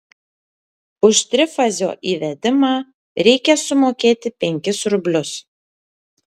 už trifazio įvedimą reikia sumokėti penkis rublius